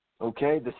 Okay